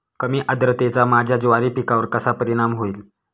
कमी आर्द्रतेचा माझ्या ज्वारी पिकावर कसा परिणाम होईल?